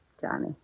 Johnny